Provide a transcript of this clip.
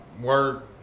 work